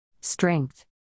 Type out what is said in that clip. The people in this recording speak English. Strength